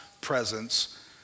presence